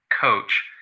coach